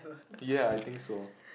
ye I think so